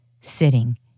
sitting